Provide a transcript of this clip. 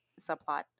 subplot